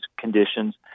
conditions